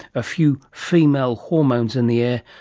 a few female hormones in the air,